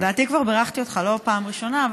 לדעתי כבר בירכתי אותך בפעם הראשונה,